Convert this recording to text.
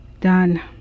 Done